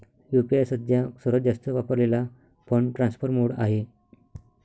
UPI सध्या सर्वात जास्त वापरलेला फंड ट्रान्सफर मोड आहे